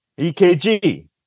ekg